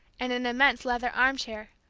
and an immense leather arm-chair.